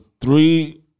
three